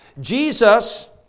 Jesus